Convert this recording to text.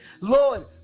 Lord